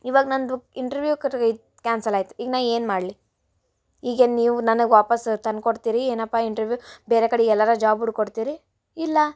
ಇವಾಗ ನನ್ನದು ಇಂಟ್ರ್ವ್ಯೂವ್ ಕರ್ಗಾಯ್ತು ಕ್ಯಾನ್ಸಲ್ ಆಯ್ತು ಈಗ ನಾ ಏನು ಮಾಡಲಿ ಈಗ ನೀವು ನನಗೆ ವಾಪಸ್ ತಂದು ಕೊಡ್ತೀರಿ ಏನಪ್ಪ ಇಂಟ್ರ್ವ್ಯೂವ್ ಬೇರೆ ಕಡೆಗೆ ಎಲ್ಲಾರ ಜಾಬ್ ಹುಡುಕಿ ಕೊಡ್ತಿರಿ ಇಲ್ಲ